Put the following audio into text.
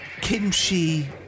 Kimchi